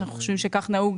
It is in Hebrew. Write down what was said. שאנחנו חושבים שכך נהוג